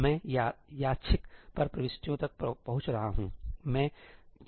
मैं यादृच्छिक पर प्रविष्टियों तक पहुँच रहा हूँठीक